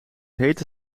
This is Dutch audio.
hete